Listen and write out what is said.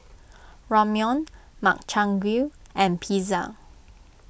Ramyeon Makchang Gui and Pizza